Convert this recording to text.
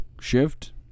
shift